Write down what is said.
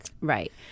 Right